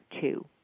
two